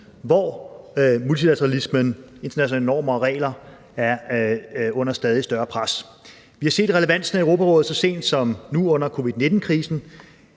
hvor multilateralismen, internationale normer og regler, er under stadig større pres. Vi har set relevansen af Europarådet så sent som nu under covid-19-krisen.